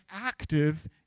active